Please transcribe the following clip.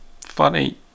funny